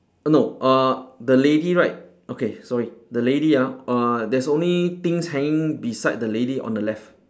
no uh the lady right okay sorry the lady ah uh there's only things hanging beside the lady on the left